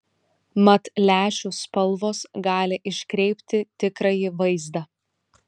mat lęšių spalvos gali iškreipti tikrąjį vaizdą